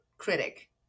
critic